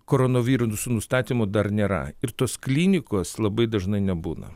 koronaviruso nustatymo dar nėra ir tos klinikos labai dažnai nebūna